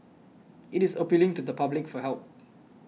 it is appealing to the public for help